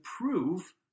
prove